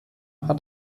hat